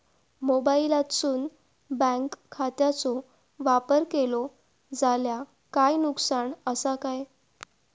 मोबाईलातसून बँक खात्याचो वापर केलो जाल्या काय नुकसान असा काय?